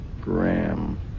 Graham